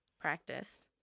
practice